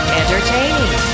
entertaining